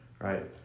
right